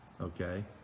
okay